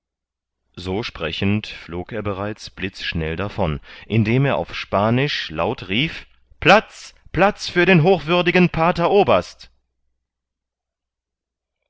so sprechend flog er bereits blitzschnell davon indem er auf spanisch laut rief platz platz für den hochwürdigen pater oberst